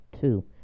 two